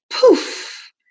poof